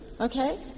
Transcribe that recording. Okay